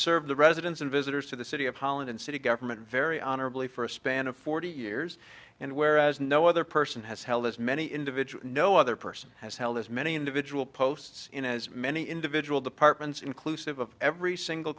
served the residents and visitors to the city of holland and city government very honorably for a span of forty years and whereas no other person has held as many individual no other person has held as many individual posts in as many individual departments inclusive of every single